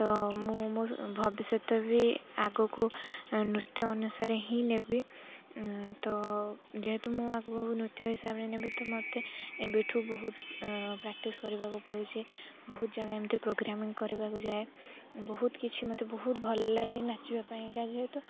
ତ ମୁଁ ମୋ ଭବିଷ୍ୟତ ବି ଆଗକୁ ନୃତ୍ୟ ଅନୁସାରେ ହିଁ ନେବି ତ ଯେହେତୁ ମୁଁ ଆଗକୁ ନୃତ୍ୟ ହିସାବରେ ନେବି ତ ମୋତେ ଏବେଠୁ ବହୁତ ପ୍ରାକ୍ଟିସ୍ କରିବାକୁ ପଡ଼ୁଛି ବହୁତ ଜାଗା ଏମିତି ପ୍ରୋଗ୍ରାମ୍ କରିବାକୁ ଯାଏ ବହୁତ କିଛି ମୋତେ ବହୁତ ଭଲ ଲାଗେ ନାଚିବା ପାଇଁକା ଯେହେତୁ